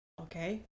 Okay